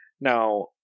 Now